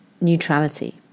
neutrality